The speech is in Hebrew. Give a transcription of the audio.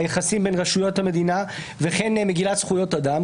היחסים בין רשויות המדינה וכן מגילת זכויות אדם.